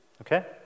Okay